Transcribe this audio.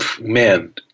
man